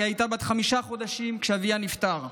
כי היא הייתה בת חמישה חודשים כשאביה נפטר,